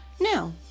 Now